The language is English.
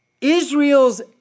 Israel's